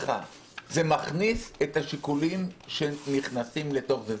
זה מכניס את השיקולים שנכנסים לתוך זה.